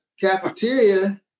cafeteria